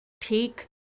take